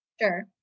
Sure